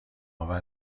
آور